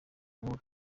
ubu